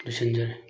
ꯂꯣꯏꯁꯤꯟꯖꯔꯦ